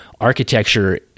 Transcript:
architecture